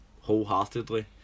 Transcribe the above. wholeheartedly